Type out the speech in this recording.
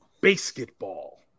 basketball